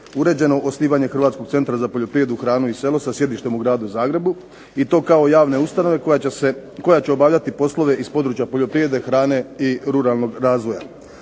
uređeno osnivanje Hrvatskog centra za poljoprivredu, hranu i selo sa sjedištem u gradu Zagrebu i to kao javne ustanove koja će se, koja će obavljati poslove iz područja poljoprivrede, hrane i ruralnog razvoja.